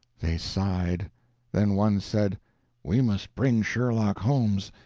they sighed then one said we must bring sherlock holmes.